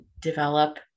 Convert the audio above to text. develop